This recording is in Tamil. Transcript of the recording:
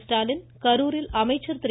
ஸ்டாலின் கரூரில் அமைச்சர் திரு